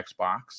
Xbox